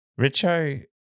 Richo